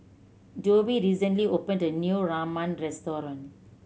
Dovie recently opened a new Ramen Restaurant